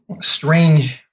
strange